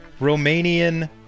Romanian